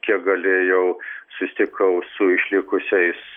kiek galėjau susitikau su išlikusiais